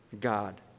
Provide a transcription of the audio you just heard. God